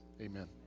Amen